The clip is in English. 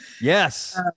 Yes